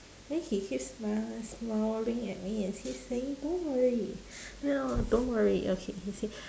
then he keep smil~ smiling at me and he's saying don't worry ya don't worry okay he say